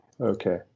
Okay